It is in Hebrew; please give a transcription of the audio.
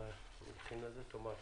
ליו"ר.